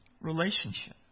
relationship